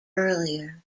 earlier